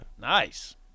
Nice